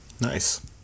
Nice